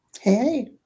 Hey